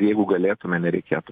jeigu galėtume nereikėtų